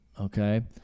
okay